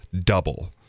double